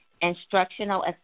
instructional